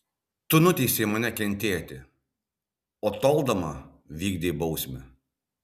tu nuteisei mane kentėti o toldama vykdei bausmę